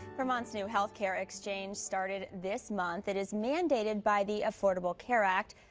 vermont's new health care exchange started this month. it is mandated by the affordable care act,